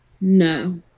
No